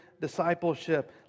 discipleship